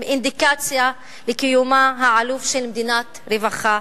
אינדיקציה לקיומה העלוב של מדינת רווחה.